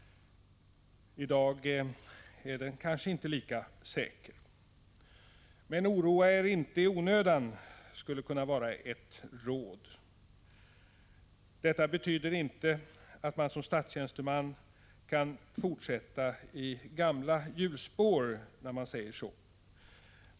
I dag är den kanske inte lika säker. Oroa er inte i onödan, skulle kunna vara ett råd. När vi säger så betyder det inte att man som statstjänsteman kan fortsätta i gamla hjulspår.